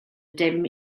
dim